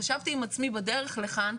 חשבתי עם עצמי בדרך לכאן,